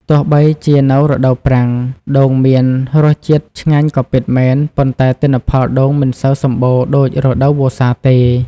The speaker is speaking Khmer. ទោះបីជានៅរដូវប្រាំង ដូងមានរសជាតិឆ្ងាញ់ក៏ពិតមែន ប៉ុន្តែទិន្នផលដូងមិនសូវសម្បូរដូចរដូវវស្សាទេ។